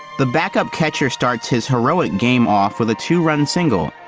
the backup catcher starts his heroic game off with a two run single,